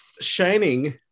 shining